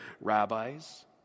rabbis